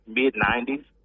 mid-90s